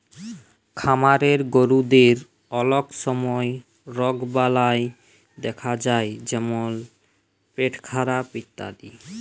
খামারের গরুদের অলক সময় রগবালাই দ্যাখা যায় যেমল পেটখারাপ ইত্যাদি